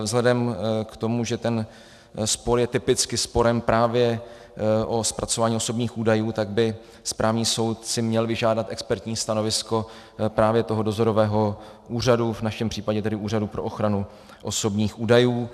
Vzhledem k tomu, že ten spor je typicky sporem právě o zpracování osobních údajů, tak by si správní soud měl vyžádat expertní stanovisko právě dozorového úřadu, v našem případě Úřadu pro ochranu osobních údajů.